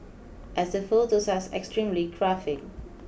as the photos are extremely graphic